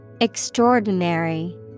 Extraordinary